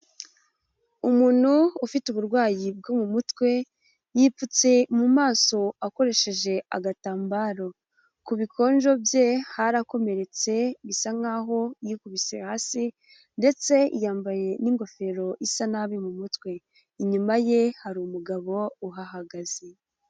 Umuntu ufite uburwayi bwo mu mutwe yipfutse mu maso akoresheje agatambaro, ku bikonjo bye harakomeretse bisa nkaho yikubise hasi ndetse yambaye n'ingofero isa nabi mu mutwe, inyuma ye hari umugabo uhahagaze.